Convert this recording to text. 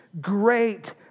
great